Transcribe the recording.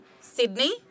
Sydney